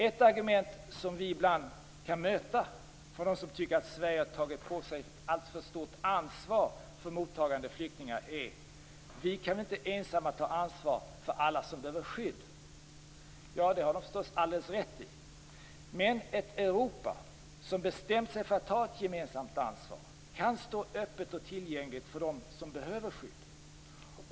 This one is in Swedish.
Ett argument som vi ibland kan möta från dem som tycker att Sverige har tagit på sig alltför stort ansvar för mottagande av flyktingar är: Vi kan inte ensamma ta ansvar för alla som behöver skydd. Det har de förstås alldeles rätt i. Men ett Europa som bestämt sig för att ta ett gemensamt ansvar kan stå öppet och tillgängligt för dem som behöver skydd.